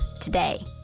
today